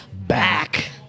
back